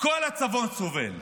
כל הצפון סובל,